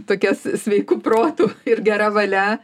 tokias sveiku protu ir gera valia